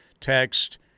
text